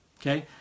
okay